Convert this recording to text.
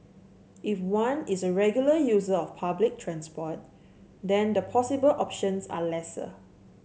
if one is a regular user of public transport then the possible options are lesser